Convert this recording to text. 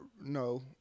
no